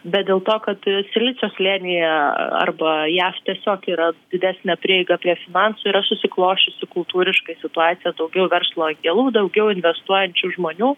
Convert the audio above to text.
bet dėl to kad ir silicio slėnyje arba jav tiesiog yra didesnė prieiga prie finansų yra susiklosčiusi kultūriškai situacija daugiau verslo angelų daugiau investuojančių žmonių